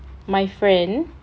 my friend